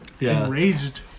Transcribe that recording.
enraged